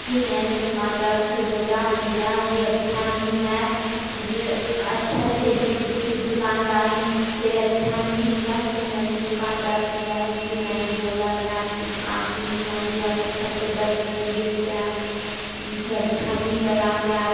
फिर मैंने दुकानदार से बोला भैया यह अच्छा नहीं हैं मुझे अच्छा चाहिए फिर दुकानदार ने मुझसे अच्छा नहीं दिया फिर मैंने दुकानदार से बहस की मैंने बोला में आपके दुकान पर नहीं आउँगी आप अच्छा प्रोडक्ट नहीं देते हैं मुझे अच्छा नहीं लगा मैं आप